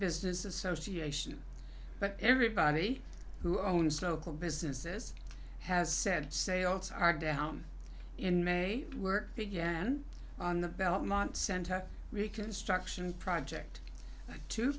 business association but everybody who owns local businesses has said sales are down in may work again on the belmont center reconstruction project t